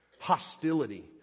hostility